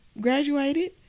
graduated